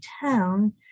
town